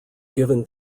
given